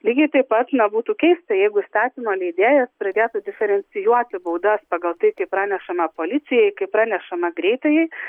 lygiai taip pat na būtų keista jeigu įstatymo leidėjas pradėtų diferencijuoti baudas pagal tai kai pranešama policijai kai pranešama greitajai